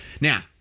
Now